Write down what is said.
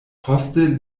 poste